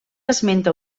esmenta